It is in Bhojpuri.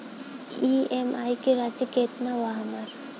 ई.एम.आई की राशि केतना बा हमर?